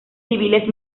civiles